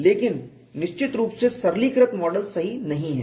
लेकिन निश्चित रूप से सरलीकृत मॉडल सही नहीं है